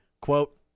quote